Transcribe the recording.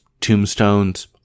tombstones